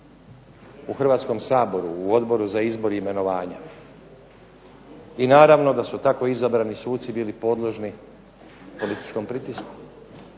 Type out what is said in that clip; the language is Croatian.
u Hrvatskom saboru u Odboru za izbor i imenovanja. I naravno da su tako izabrani suci bili podložni političkom pritisku,